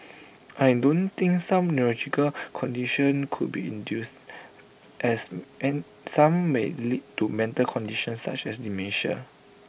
I don't think some neurological conditions could be induce as an some may lead to mental conditions such as dementia